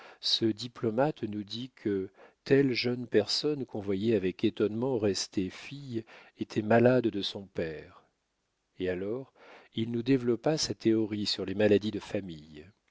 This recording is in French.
ce diplomate nous dit que telle jeune personne qu'on voyait avec étonnement rester fille était malade de son père et alors il nous développa sa théorie sur les maladies de famille